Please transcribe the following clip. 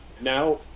now